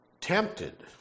tempted